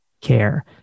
care